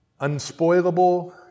unspoilable